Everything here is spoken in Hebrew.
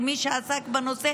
למי שעסק בנושא,